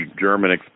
German